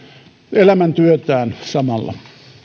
elämäntyötään samalla